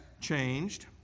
changed